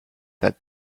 that